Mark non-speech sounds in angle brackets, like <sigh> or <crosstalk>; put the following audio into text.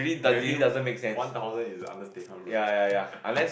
negative one thousand is an understatement right <laughs>